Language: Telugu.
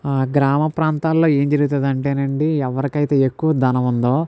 గ్రామ ప్రాంతాల్లో ఏం జరుగుతుందంటే నండి ఎవరికైతే ఎక్కువ ధనం ఉందో